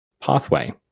Pathway